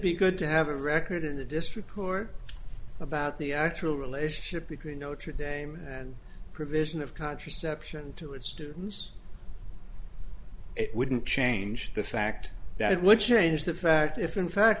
be good to have a record in the district court about the actual relationship between notre dame and provision of contraception to its students it wouldn't change the fact that it would change the fact if in fact